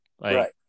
Right